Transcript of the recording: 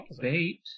bait